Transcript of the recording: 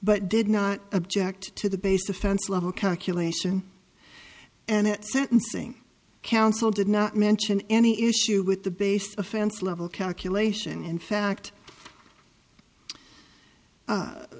but did not object to the base defense level calculation and sentencing counsel did not mention any issue with the base offense level calculation in fact